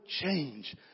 change